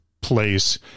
place